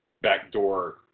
backdoor